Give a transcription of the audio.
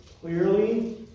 clearly